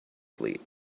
fleet